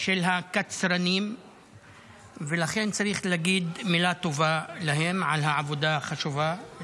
של הקצרנים ולכן צריך להגיד להם מילה טובה על העבודה החשובה.